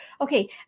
okay